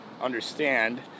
understand